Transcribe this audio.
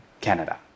Canada